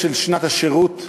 שנת השירות,